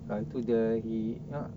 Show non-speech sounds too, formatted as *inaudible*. apa tu dia he *noise*